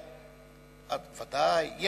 ודאי.